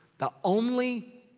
the only